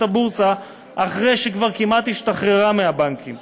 הבורסה אחרי שהיא כבר כמעט השתחררה מהבנקים.